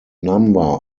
number